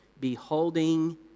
Beholding